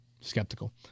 skeptical